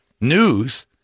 news